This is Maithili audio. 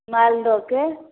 मालदहके